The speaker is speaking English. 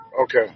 Okay